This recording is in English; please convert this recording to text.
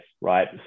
right